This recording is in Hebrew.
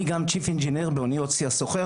אני גם מהנדס ראשי באוניות צי הסוחר.